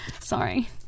sorry